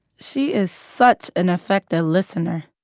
she is such an effective listener.